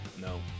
no